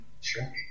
Sure